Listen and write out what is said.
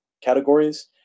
categories